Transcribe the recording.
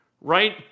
right